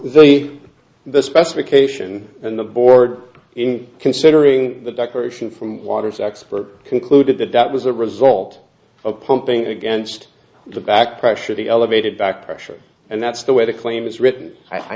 well the specification and the board in considering the decoration from waters expert concluded that that was a result of pumping against the back pressure the elevated back pressure and that's the way the claim is written i